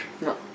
No